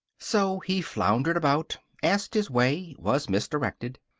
so he floundered about, asked his way, was misdirected.